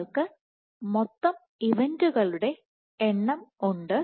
നിങ്ങൾക്ക് മൊത്തം ഇവന്റുകളുടെ എണ്ണം ഉണ്ട്